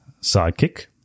sidekick